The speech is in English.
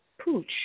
pooch